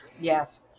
Yes